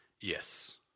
Yes